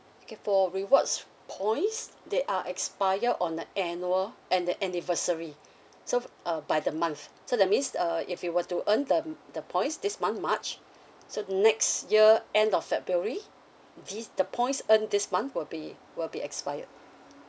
okay for rewards points they are expire on the annual and the anniversary so uh by the month so that means uh if you were to earn the the points this month march so next year end of february this the points earned this month will be will be expired